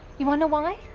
you wanna know why?